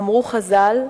אמרו חז"ל,